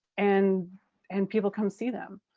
and and people come see them.